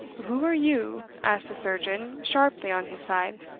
who are you? asked the surgeon, sharply, on his side.